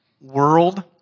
world